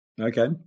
Okay